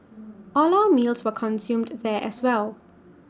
all our meals were consumed there as well